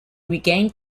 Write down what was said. regained